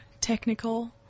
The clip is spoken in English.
technical